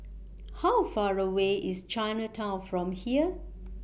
How Far away IS Chinatown from here